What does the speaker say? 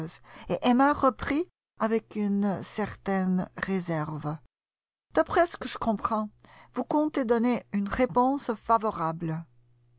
et emma reprit avec une certaine réserve d'après ce que je comprends vous comptez donner une réponse favorable